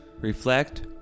reflect